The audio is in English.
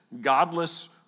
godless